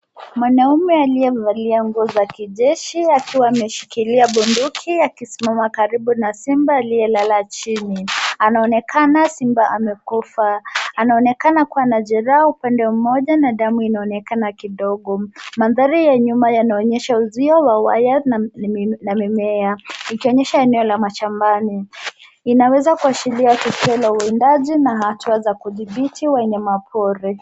Mwanaume alie valia nguo za kijeshi akiwa ameshikilia bunduki akisimama karibu na simba alie lala chini. Anaonekana simba amekufa. Anaonekana kuwa na jeraha upande moja na damu inonekana kidogo. Mandhari ya nyuma inaonyesha uzio wa waya na mimea ikionyesha eneo la mashambani. Inaweza kuashiria tukio la uwindaji na hatua za kudhibiti wanyama pori.